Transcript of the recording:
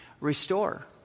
restore